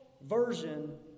version